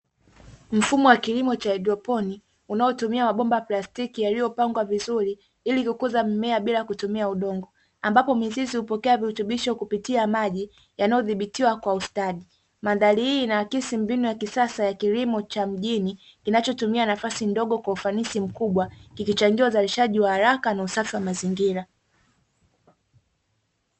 Mfumo wa kilimo cha haidroponi unaotumia mabomba plastiki yaliyopangwa vizuri ili kukuza mimea bila kutumia udongo, ambapo mizizi hupokea virutubisho kupitia maji yanayodhibitiwa kwa ustadi, mandhari hii huaksi mbinu ya kisasa ya kilimo cha mjini kinachotumia nafasi ndogo kwa ufanisi mkubwa kikichangia uzalishaji wa haraka na usafi wa mazingira.